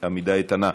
עמידה איתנה.